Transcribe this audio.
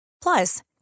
plus